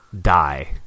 die